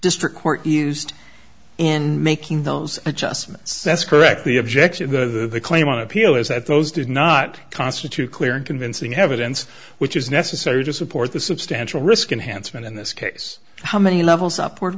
district court used in making those adjustments that's correct the objection to the claim on appeal is that those did not constitute clear and convincing evidence which is necessary to support the substantial risk unhandsome and in this case how many levels up